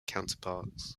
counterparts